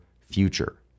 future